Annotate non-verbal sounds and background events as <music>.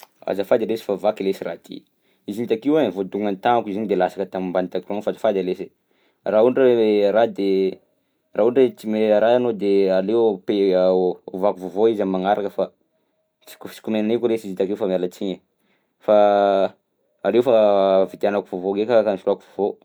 <noise> Azafady lesy fa vaky lesy raha ty. Izy iny takeo e voadognan'ny tagnako izy iny de lasaka tambany takeo fa azafady alesy e, raha ohatra hoe araha de raha ohatra hoe tsy may araha anao de aleo pai- <hesitation> o- ovako vaovao izy am'magnaraka fa tsy kosokomainaiko lesy izy io takeo fa miala tsigny e fa aleo fa vidianako vaovao ndraika ka soloako vaovao.